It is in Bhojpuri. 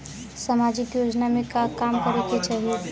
सामाजिक योजना में का काम करे के चाही?